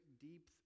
deep